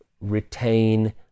retain